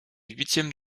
huitièmes